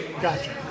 gotcha